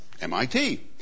MIT